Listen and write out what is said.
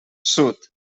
sud